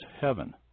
heaven